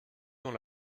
dans